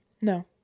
No